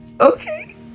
okay